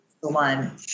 one